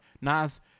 Nas